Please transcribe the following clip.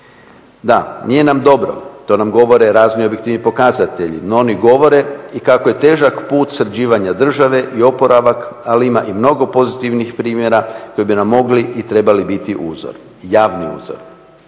Da, nije nam dobro, to nam govore razni objektivni pokazatelji, no oni govore i kako je težak put sređivanja države i oporavak, ali ima i mnogo pozitivnih primjera koji bi nam mogli i trebali biti uzor, javni uzor.